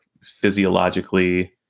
physiologically